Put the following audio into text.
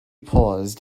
paused